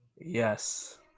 Yes